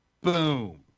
Boom